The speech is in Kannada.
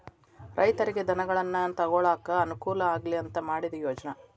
ರೈತರಿಗೆ ಧನಗಳನ್ನಾ ತೊಗೊಳಾಕ ಅನಕೂಲ ಆಗ್ಲಿ ಅಂತಾ ಮಾಡಿದ ಯೋಜ್ನಾ